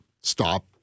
stop